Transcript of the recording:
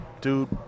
dude